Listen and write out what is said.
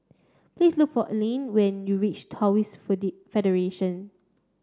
please look for Allene when you reach Taoist Federation